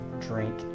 drink